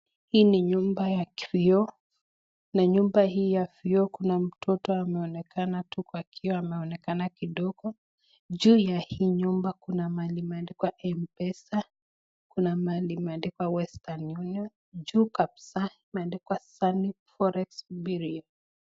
Hii ni nyumba ya vioo na nyumba hii ya vioo kuna mtoto ameonekana kwa kioo ameonekana tu Kidogo, juu ya hii nyumba kuna mahali imeandikwa Mpesa, kuna mahali imeandikwa Western Union na juu kabisa imeandikwa sunny forex berue .